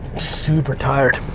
super tired.